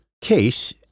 case